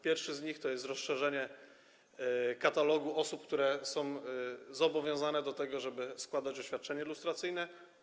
Pierwszy z nich dotyczy rozszerzenia katalogu osób, które są zobowiązane do tego, żeby składać oświadczenia lustracyjne.